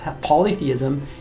polytheism